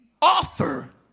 author